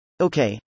Okay